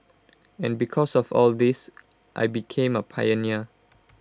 and because of all this I became A pioneer